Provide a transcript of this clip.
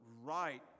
right